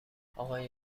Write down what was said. آقای